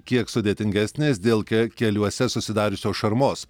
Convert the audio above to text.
kiek sudėtingesnės dėl ke keliuose susidariusios šarmos